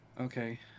Okay